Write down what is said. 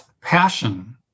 passion